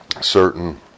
certain